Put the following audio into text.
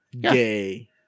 Gay